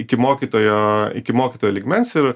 iki mokytojo iki mokytojo lygmens ir